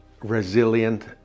resilient